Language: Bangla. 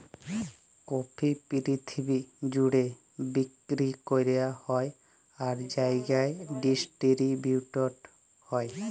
কফি পিরথিবি জ্যুড়ে বিক্কিরি ক্যরা হ্যয় আর জায়গায় ডিসটিরিবিউট হ্যয়